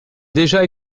déjà